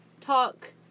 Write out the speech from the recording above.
talk